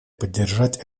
поддержать